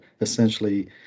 essentially